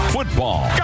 Football